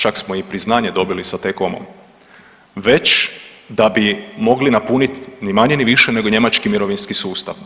Čak smo i priznanje dobili sa T-Comom već da bi mogli napuniti ni manje ni više nego njemački mirovinski sustav.